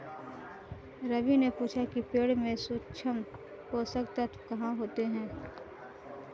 रवि ने पूछा कि पेड़ में सूक्ष्म पोषक तत्व कहाँ होते हैं?